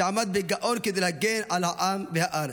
שעמד בגאון כדי להגן על העם והארץ.